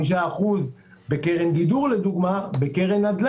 אתה יודע, הדוגמה שלך מצוינת.